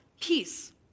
peace